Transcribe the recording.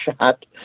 shot